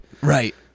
Right